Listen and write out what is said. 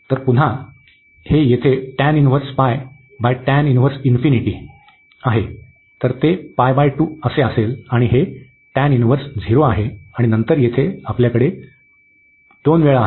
तर पुन्हा नाही तर हे येथे tan inverse pi by tan inverse infinity आहे तर ते असेल आणि हे tan 10 आहे आणि नंतर येथे आमच्याकडे 2 वेळा आहे